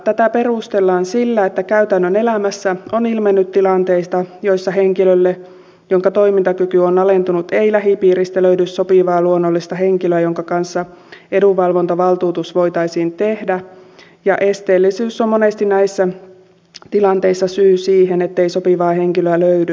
tätä perustellaan sillä että käytännön elämässä on ilmennyt tilanteita joissa henkilölle jonka toimintakyky on alentunut ei lähipiiristä löydy sopivaa luonnollista henkilöä jonka kanssa edunvalvontavaltuutus voitaisiin tehdä ja esteellisyys on monesti näissä tilanteissa syy siihen ettei sopivaa henkilöä löydy lähipiiristä